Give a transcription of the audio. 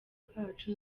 kacu